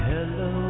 Hello